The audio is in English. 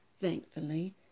Thankfully